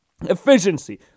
efficiency